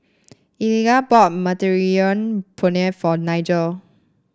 Eliga bought Mediterranean Penne for Nigel